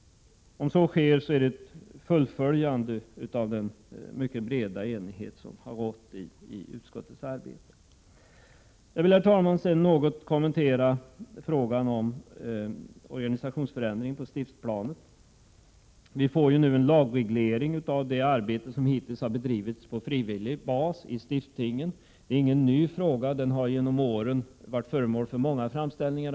Om så sker, innebär det en fortsättning på den mycket breda enighet som har rått under utskottets arbete. Herr talman! Jag vill sedan något kommentera frågan om en organisationsförändring på stiftsplanet. Vi får ju nu en lagreglering av det arbete som hittills har bedrivits på frivillig basis i stiftstingen. Det är ingen ny fråga, utan frågan har under årens lopp varit föremål för många framställningar.